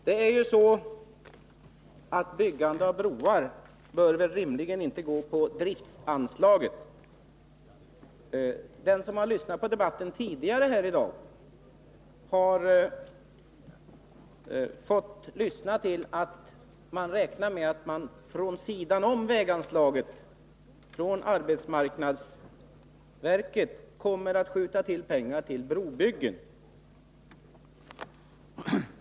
Herr talman! Byggande av broar bör rimligen inte gå på driftanslagen. Den som har lyssnat på debatten tidigare här i dag har hört att man räknar med att arbetsmarknadsverket kommer att vid sidan av väganslagen skjuta till pengar till brobyggen.